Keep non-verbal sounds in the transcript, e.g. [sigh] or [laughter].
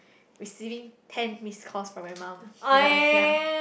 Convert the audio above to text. receiving ten missed calls from my mom [laughs] ya ya